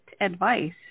advice